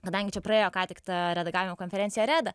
kadangi čia praėjo ką tik ta redagavimo konferencija reda